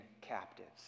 captives